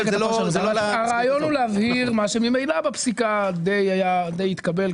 הרעיון הוא להבהיר מה שממילא בפסיקה די התקבל,